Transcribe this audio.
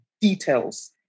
details